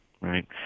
right